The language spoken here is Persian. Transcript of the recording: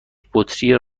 بطری